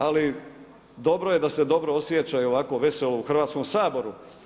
Ali dobro je da se dobro osjeća i ovako veselo u Hrvatskom saboru.